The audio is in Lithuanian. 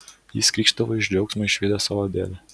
jis krykšdavo iš džiaugsmo išvydęs savo dėdę